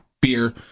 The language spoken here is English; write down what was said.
beer